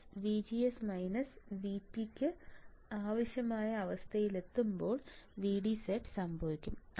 VGS VGS VGക്ക് ആവശ്യമായ അവസ്ഥയിലെത്തുമ്പോൾ VD സെറ്റ് സംഭവിക്കും